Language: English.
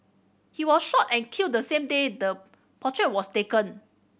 he was shot and killed the same day the portrait was taken